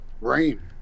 Rain